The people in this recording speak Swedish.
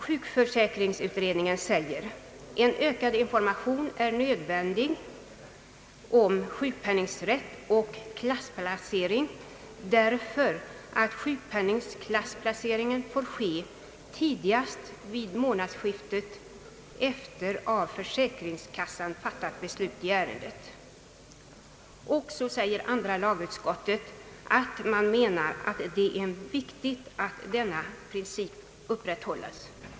Sjukförsäkringsutredningen framhåller att en ökad information är nödvändig om sjukpenningrätt och klassplacering, därför att sjukpenningklassplaceringen får ske tidigast vid månadsskiftet efter av försäkringskassan fattat beslut i ärendet. Andra lagutskottet menar att det är viktigt att denna princip upprätthålles.